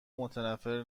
متنفر